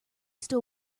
still